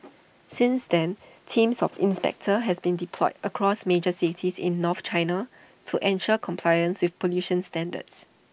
since then teams of inspectors have been deployed across major cities in north China to ensure compliance with pollution standards